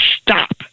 stop